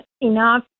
enough